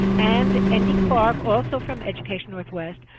and andy clarke, also from education northwest,